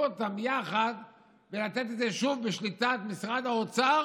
יחד וניתן את זה שוב לשליטת משרד האוצר